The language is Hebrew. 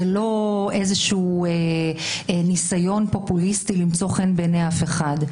זה לא איזשהו ניסיון פופוליסטי למצוא חן בעיני אף אחד.